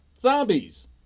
zombies